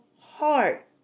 heart